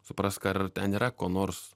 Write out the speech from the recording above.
suprask ar ten yra ko nors